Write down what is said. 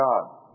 God